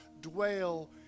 dwell